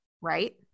right